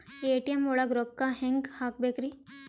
ATM ಒಳಗ್ ರೊಕ್ಕ ಹೆಂಗ್ ಹ್ಹಾಕ್ಬೇಕ್ರಿ?